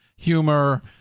Humor